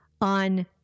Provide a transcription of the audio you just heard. on